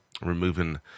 removing